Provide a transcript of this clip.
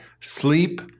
sleep